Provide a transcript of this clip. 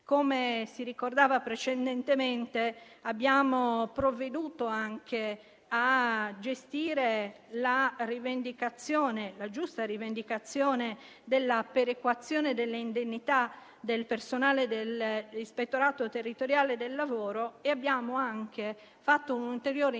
Come si ricordava precedentemente, abbiamo provveduto anche a gestire la giusta rivendicazione della perequazione delle indennità del personale dell'Ispettorato territoriale del lavoro e abbiamo anche fatto un ulteriore intervento